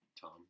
Tom